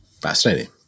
Fascinating